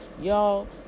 Y'all